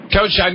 Coach